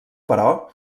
però